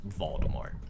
Voldemort